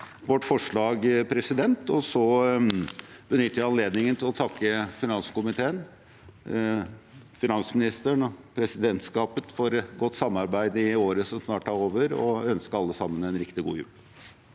vårt forslag, og så benytter jeg anledningen til å takke finanskomiteen, finansministeren og presidentskapet for godt samarbeid i året som snart er over, og ønske alle sammen en riktig god jul.